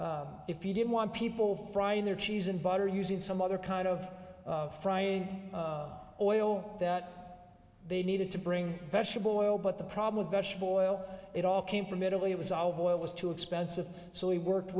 that if he didn't want people frying their cheese and butter using some other kind of frying oil that they needed to bring vegetable oil but the problem with vegetable oil it all came from italy it was all boiled was too expensive so he worked